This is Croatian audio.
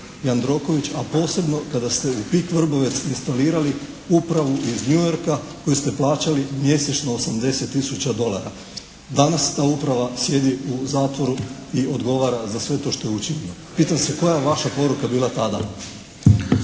Jandroković, a posebno kada ste u “PIK“ Vrbovec instalirali upravu iz New Yorka koju ste plaćali mjesečno 80 000 dolara. Danas ta uprava sjedi u zatvoru i odgovara za sve to što je učinila. Pitam se koja je vaša poruka bila tada?